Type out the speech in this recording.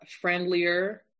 friendlier